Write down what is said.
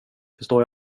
förstår